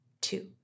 two